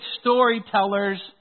storytellers